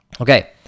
Okay